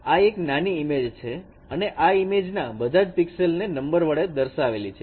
આ એક નાની ઈમેજ છે અને આ ઈમેજ ના બધા જ પિક્સેલસ ને નંબર વડે દર્શાવેલી છે